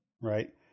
right